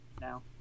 now